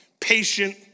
patient